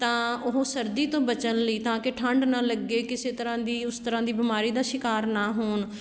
ਤਾਂ ਉਹ ਸਰਦੀ ਤੋਂ ਬਚਣ ਲਈ ਤਾਂ ਕਿ ਠੰਡ ਨਾ ਲੱਗੇ ਕਿਸੇ ਤਰ੍ਹਾਂ ਦੀ ਉਸ ਤਰ੍ਹਾਂ ਦੀ ਬਿਮਾਰੀ ਦਾ ਸ਼ਿਕਾਰ ਨਾ ਹੋਣ